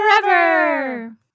forever